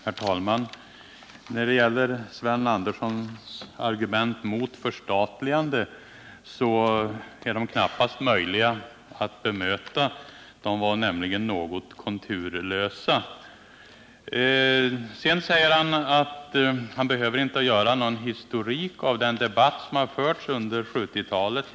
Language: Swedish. Herr talman! Sven Anderssons i Örebro argument mot ett förstatligande är knappast möjliga att bemöta — de var nämligen något konturlösa. Sedan sade han att han inte behöver lämna någon historik över den debatt som har förts under 1970-talet.